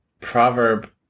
proverb